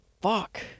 fuck